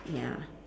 ya